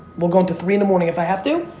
we'll go into three in the morning if i have to.